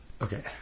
Okay